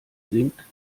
sinkt